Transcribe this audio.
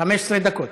15 דקות.